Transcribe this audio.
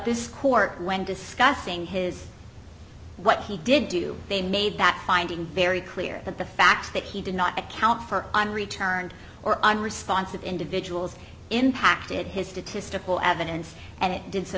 this court when discussing his what he did do they made that finding very clear that the fact that he did not account for unreturned or unresponsive individuals impacted his statistical evidence and it did so